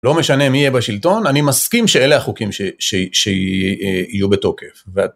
לא משנה מי יהיה בשלטון, אני מסכים שאלה החוקים שיהיו בתוקף.